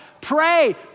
Pray